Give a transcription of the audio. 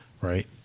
Right